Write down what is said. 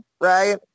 right